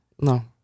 No